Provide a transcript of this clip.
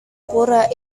pura